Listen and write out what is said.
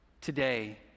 Today